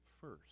first